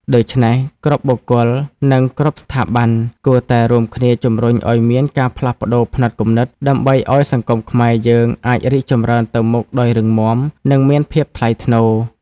ដូច្នេះ គ្រប់បុគ្គល និងគ្រប់ស្ថាប័ន គួរតែរួមគ្នាជំរុញឲ្យមានការផ្លាស់ប្ដូរផ្នត់គំនិត ដើម្បីឲ្យសង្គមខ្មែរយើងអាចរីកចម្រើនទៅមុខដោយរឹងមាំ និងមានភាពថ្លៃថ្នូរ។